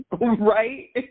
Right